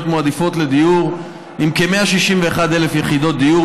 מועדפות לדיור עם כ-161,000 יחידות דיור.